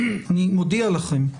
אני מודיע לכם,